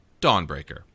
Dawnbreaker